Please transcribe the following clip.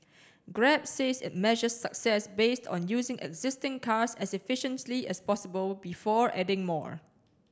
grab says it measures success based on using existing cars as efficiently as possible before adding more